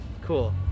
cool